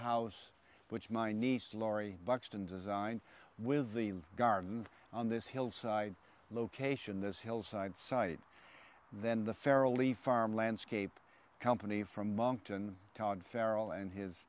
house which my niece laurie buxton designed with the garden on this hillside location this hillside site then the farrelly farm landscape company from monckton todd feral and his